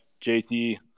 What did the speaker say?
JT